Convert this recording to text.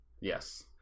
Yes